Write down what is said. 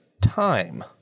time